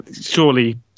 surely